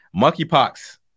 Monkeypox